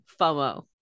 FOMO